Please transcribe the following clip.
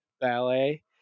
ballet